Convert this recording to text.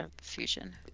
Fusion